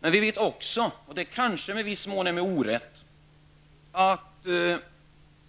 Men det anses också -- kanske i viss mån med orätt -- att